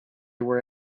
were